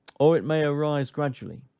or it may arise gradually,